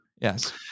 Yes